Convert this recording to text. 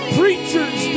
preachers